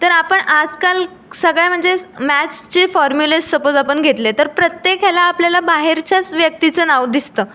तर आपण आजकाल सगळ्या म्हणजे मॅथ्सचे फॉर्म्युलेज सपोज आपण घेतले तर प्रत्येक ह्याला आपल्याला बाहेरच्याच व्यक्तीचं नाव दिसतं